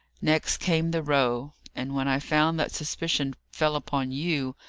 next came the row. and when i found that suspicion fell upon you,